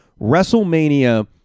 WrestleMania